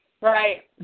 Right